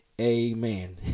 amen